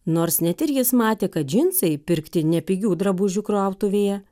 nors net ir jis matė kad džinsai pirkti ne pigių drabužių krautuvėje